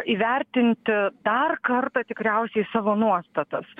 įvertinti dar kartą tikriausiai savo nuostatas